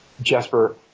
Jesper